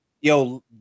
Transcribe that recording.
Yo